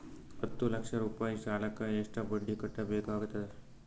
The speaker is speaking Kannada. ಹತ್ತ ಲಕ್ಷ ರೂಪಾಯಿ ಸಾಲಕ್ಕ ಎಷ್ಟ ಬಡ್ಡಿ ಕಟ್ಟಬೇಕಾಗತದ?